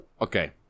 okay